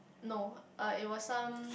no uh it was some